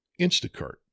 Instacart